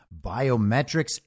biometrics